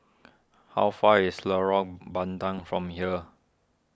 how far is Lorong Bandang from here